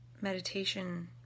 meditation